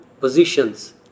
positions